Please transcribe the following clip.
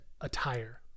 attire